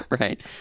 right